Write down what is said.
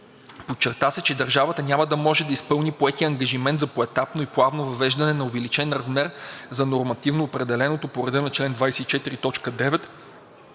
Подчерта се, че държавата няма да може да изпълни поетия ангажимент за поетапно и плавно въвеждане на увеличен размер на нормативно определеното по реда на чл. 24,